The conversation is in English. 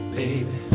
baby